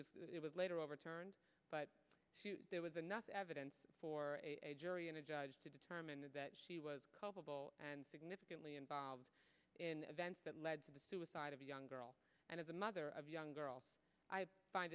crime it was later overturned but there was enough evidence for a jury and a judge to determine that she was culpable and significantly involved in events that led to the suicide of a young girl and as a mother of young girls i find